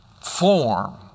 form